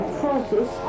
process